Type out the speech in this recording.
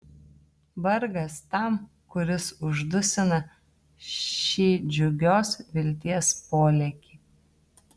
vargas tam kuris uždusina šį džiugios vilties polėkį